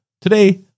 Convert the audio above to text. Today